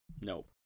Nope